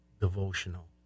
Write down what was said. devotional